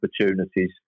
opportunities